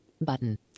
Button